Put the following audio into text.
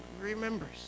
remembers